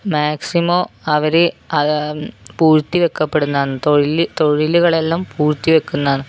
maximum അവര് അത് പൂഴ്ത്തി വയ്ക്കപെടുന്നതാണ് തൊഴിൽ തൊഴിലുകളെല്ലാം പൂഴ്ത്തി വയ്ക്കുന്നതാണ്